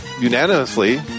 Unanimously